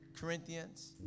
Corinthians